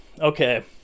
okay